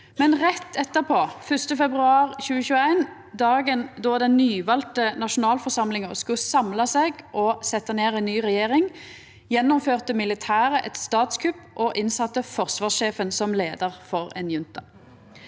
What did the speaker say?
Rett etterpå, 1. februar 2021, dagen då den nyvalde nasjonalforsamlinga skulle samla seg og setja inn ei ny regjering, gjennomførte militære eit statskupp og sette inn forsvarssjefen som leiar for ein junta.